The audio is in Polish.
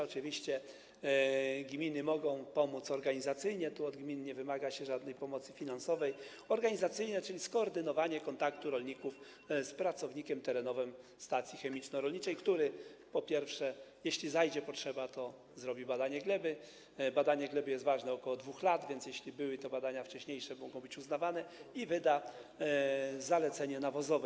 Oczywiście gminy mogą pomóc organizacyjnie - tu od gmin nie wymaga się żadnej pomocy finansowej - czyli chodzi o skoordynowanie kontaktu rolników z pracownikiem terenowym stacji chemiczno-rolniczej, który, po pierwsze, jeśli zajdzie taka potrzeba, to zrobi badanie gleby - badanie gleby jest ważne ok. 2 lat, więc jeśli były te wcześniejsze badania, mogą być uznawane - i wyda zalecenia nawozowe.